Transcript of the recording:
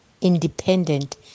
independent